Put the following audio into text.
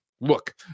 Look